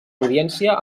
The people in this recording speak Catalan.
audiència